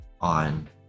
on